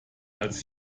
als